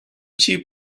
cheap